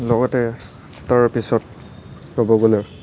লগতে তাৰ পিছত ক'ব গ'লে